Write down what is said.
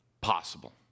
possible